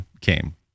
came